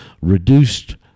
reduced